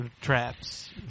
traps